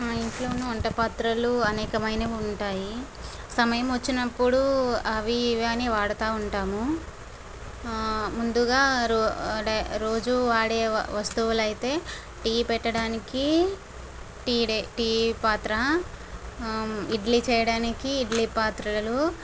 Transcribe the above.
మా ఇంట్లో వంట పత్రాలు అనేకమైనవి ఉంటాయి సమయం వచ్చినపుడు అవి ఇవి అని వాడతా ఉంటాము ముందుగా రో రోజూ వాడే వస్తువులైతే టీ పెట్టడానికి టీ టీ పాత్ర ఇడ్లీ చేయడానికి ఇడ్లీ పాత్రలు